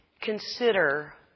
Consider